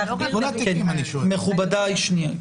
בכל התיקים --- מכובדיי, שנייה.